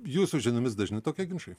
jūsų žiniomis dažni tokie ginčai